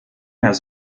has